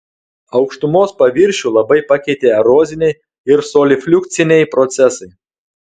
aukštumos paviršių labai pakeitė eroziniai ir solifliukciniai procesai